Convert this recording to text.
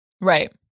Right